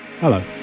Hello